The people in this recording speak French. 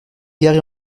garée